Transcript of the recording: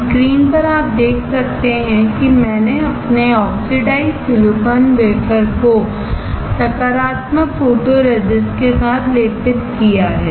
screen पर आप देख सकते हैं मैंने अपने ऑक्सीडाइज्ड सिलिकॉन वेफर को सकारात्मक फोटोरेसिस्ट के साथ लेपित किया है